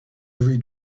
every